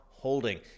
holding